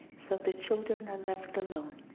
so the children are left alone.